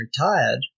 retired